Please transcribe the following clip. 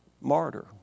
martyr